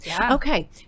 Okay